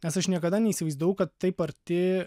nes aš niekada neįsivaizdavau kad taip arti